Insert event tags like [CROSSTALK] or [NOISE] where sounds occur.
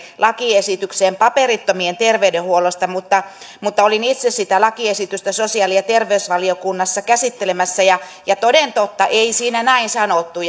lakiesitykseen paperittomien terveydenhuollosta mutta mutta olin itse sitä lakiesitystä sosiaali ja terveysvaliokunnassa käsittelemässä ja ja toden totta ei siinä näin sanottu [UNINTELLIGIBLE]